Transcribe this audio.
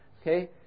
okay